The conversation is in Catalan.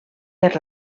per